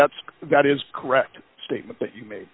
that's that is correct statement that you ma